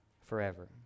forever